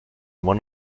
one